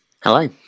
Hello